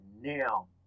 now